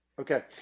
Okay